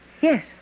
Yes